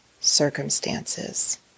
circumstances